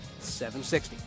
760